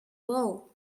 will